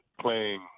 playing